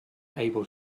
able